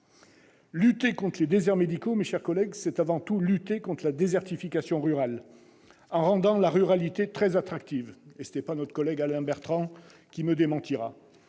Lutter contre les déserts médicaux, mes chers collègues, c'est avant tout lutter contre la désertification rurale, en rendant la ruralité attractive. Ce n'est pas Alain Bertrand qui me démentira